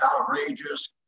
outrageous